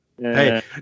Hey